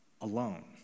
alone